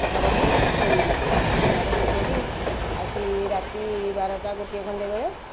ଘରକୁ ଫେରିଲୁ ଘରକୁ ଫେରି ଆସି ରାତି ବାରଟା ଗୋଟିଏ ଖଣ୍ଡେ ବେଳେ